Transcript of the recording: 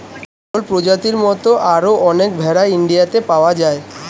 গাড়ল প্রজাতির মত আরো অনেক ভেড়া ইন্ডিয়াতে পাওয়া যায়